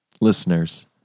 Listeners